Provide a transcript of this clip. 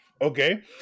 Okay